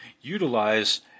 utilize